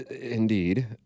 Indeed